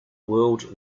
world